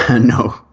No